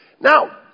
Now